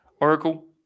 Oracle